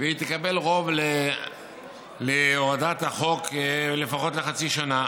והיא תקבל רוב להורדת החוק לפחות לחצי שנה,